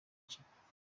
kiba